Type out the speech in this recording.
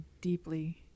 deeply